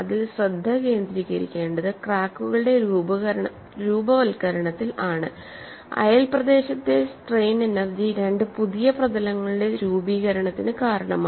അതിൽ ശ്രദ്ധ കേന്ദ്രീകരിക്കേണ്ടത് ക്രാക്കുകളുടെ രൂപവത്കരണത്തിൽ ആണ് അയൽ പ്രദേശത്തെ സ്ട്രെയിൻ എനർജി രണ്ട് പുതിയ പ്രതലങ്ങളുടെ രൂപീകരണത്തിന് കാരണമായി